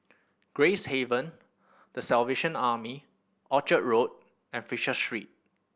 Gracehaven The Salvation Army Orchard Road and Fisher Street